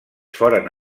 foren